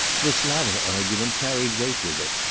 this latter argument carried weight with it,